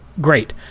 great